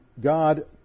God